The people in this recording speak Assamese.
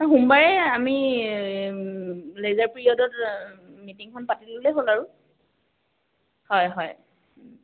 সোমবাৰে আমি লেজাৰ পিৰিয়ডত মিটিংখন পাতি ল'লেই হ'ল আৰু হয় হয়